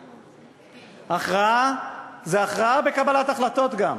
ספר לנו, הכרעה, זו הכרעה בקבלת החלטות גם.